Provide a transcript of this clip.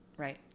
Right